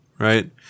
Right